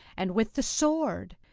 and with the sword,